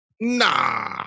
Nah